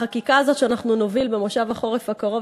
החקיקה הזאת שאנחנו נוביל במושב החורף הקרוב